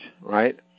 right